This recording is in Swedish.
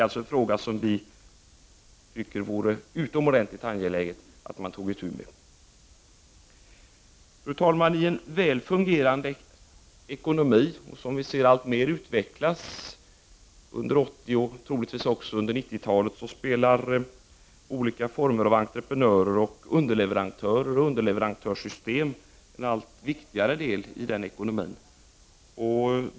Vi tycker alltså att det är utomordentligt angeläget att man tar itu med den frågan. Fru talman! I en väl fungerande ekonomi, som har utvecklats alltmer under 1980-talet och troligtvis kommer att utvecklas under 1990-talet, spelar entreprenörer och underleverantörer en allt viktigare roll i det ekonomiska systemet.